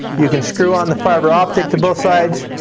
you can screw on the fiber optic to both sides.